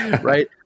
Right